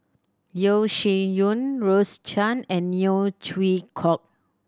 Yeo Shih Yun Rose Chan and Neo Chwee Kok